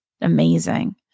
amazing